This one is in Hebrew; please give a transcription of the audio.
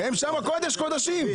שם זה קודש-קודשים.